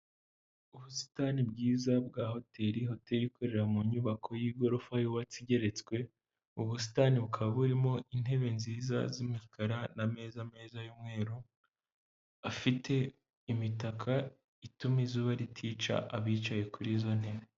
Ubusitani bwiza bwa hotel, hotel ikorera mu nyubako y'igorofa yubatswe igeretswe. Ubusitani bukaba burimo intebe nziza z'imikara n'ameza meza y'umweru afite imitaka ituma izuba ritica abicaye kuri izo ntebe.